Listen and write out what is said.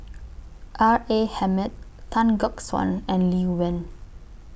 R A Hamid Tan Gek Suan and Lee Wen